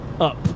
up